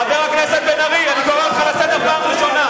חבר הכנסת בן-ארי, אני קורא אותך לסדר פעם ראשונה.